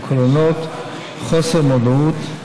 וכוללות חוסר מודעות,